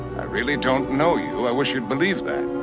i really don't know you. i wish you'd believe that.